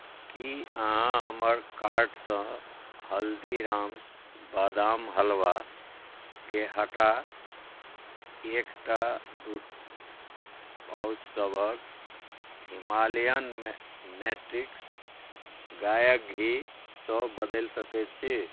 की अहाँ हमर कार्टसँ हल्दीराम्स बादाम हलवाके हटा एकटा दू पाउचसभक हिमालयन नेटिक्स गायक घीसँ बदलि सकैत छी